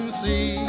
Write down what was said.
see